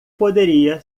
poderia